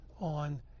on